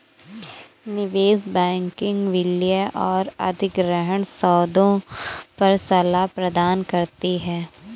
निवेश बैंकिंग विलय और अधिग्रहण सौदों पर सलाह प्रदान करती है